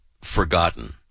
forgotten